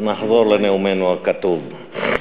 נחזור לנאומנו הכתוב.